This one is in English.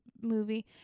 movie